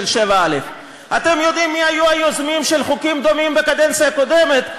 של 7א. אתם יודעים מי היו היוזמים של חוקים דומים בקדנציה הקודמת?